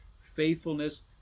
Faithfulness